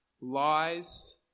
lies